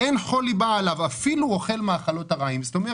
זה באמת